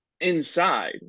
inside